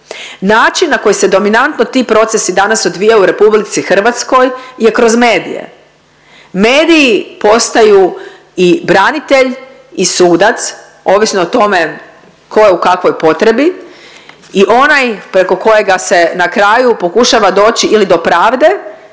Način na koji se dominantno ti procesi danas odvijaju u RH je kroz medije. Mediji postaju i branitelj i sudac, ovisno o tome ko je u kakvoj potrebi i onaj preko kojega se na kraju pokušava doći ili do pravde